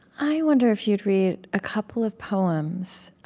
i wonder if you'd read a couple of poems.